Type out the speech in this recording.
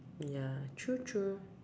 ya true true